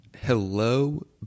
Hello